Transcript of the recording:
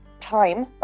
Time